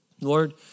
Lord